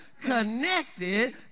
connected